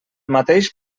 mateix